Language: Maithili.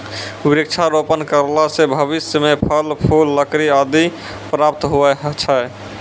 वृक्षारोपण करला से भविष्य मे फल, फूल, लकड़ी आदि प्राप्त हुवै छै